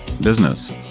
business